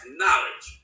knowledge